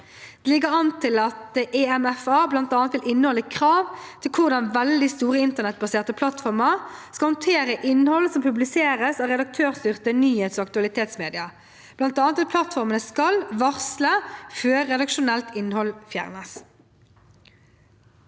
Det ligger an til at EMFA bl.a. vil inneholde krav til hvordan veldig store internettbaserte plattformer skal håndtere innhold som publiseres av redaktørstyrte nyhets- og aktualitetsmedier, bl.a. ved at plattformene skal varsle før redaksjonelt innhold fjernes.